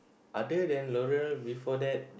other than L'oreal before that